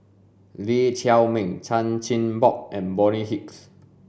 Lee Chiaw Meng Chan Chin Bock and Bonny Hicks